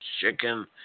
chicken